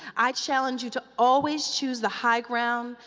i challenge you to always choose the high ground,